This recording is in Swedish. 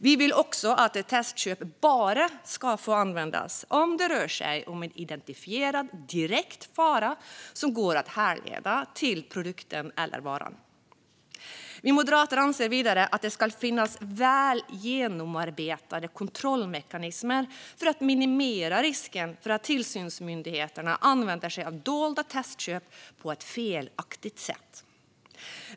Vi vill också att testköp bara ska få användas om det rör sig om en identifierad direkt fara som går att härleda till produkten eller varan. Vi moderater anser vidare att det ska finnas väl genomarbetade kontrollmekanismer för att minimera risken för att tillsynsmyndigheterna använder sig av dolda testköp på ett felaktigt sätt.